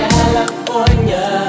California